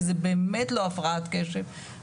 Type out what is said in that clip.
כי זה באמת לא הפרעת קשב,